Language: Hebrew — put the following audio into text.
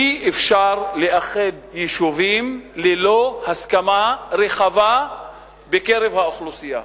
אי-אפשר לאחד יישובים ללא הסכמה רחבה בקרב האוכלוסייה.